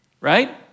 right